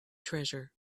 treasure